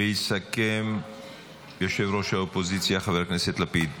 ויסכם ראש האופוזיציה חבר הכנסת לפיד.